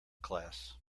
class